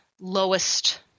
lowest